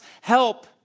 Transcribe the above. help